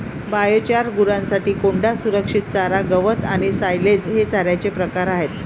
biochar, गुरांसाठी कोंडा, संरक्षित चारा, गवत आणि सायलेज हे चाऱ्याचे प्रकार आहेत